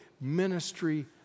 ministry